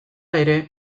ere